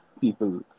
people